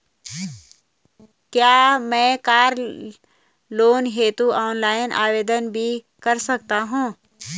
क्या मैं car loan हेतु ऑनलाइन आवेदन भी कर सकता हूँ?